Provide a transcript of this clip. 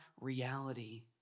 reality